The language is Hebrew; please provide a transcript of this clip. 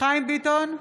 חיים ביטון,